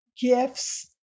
gifts